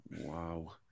wow